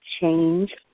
Change